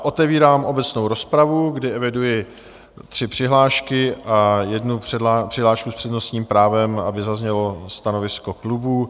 Otevírám obecnou rozpravu, kdy eviduji tři přihlášky a jednu přihlášku s přednostním právem, aby zaznělo stanovisko klubu.